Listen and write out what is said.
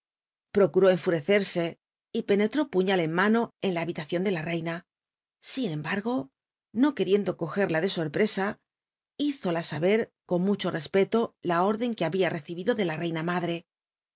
procuró en furc cn c penetró puiial en mano en la habilacion de la reina sin pmbargo no queriendo cogerla de orpre a hízola aher con mucho t'l'sjiclo la orden que habia recibido de la n i na madre